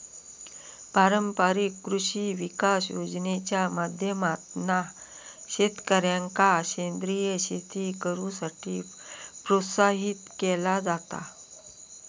पारंपारिक कृषी विकास योजनेच्या माध्यमातना शेतकऱ्यांका सेंद्रीय शेती करुसाठी प्रोत्साहित केला जाता